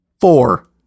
Four